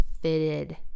fitted